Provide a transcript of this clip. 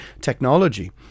technology